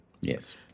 yes